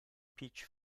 peach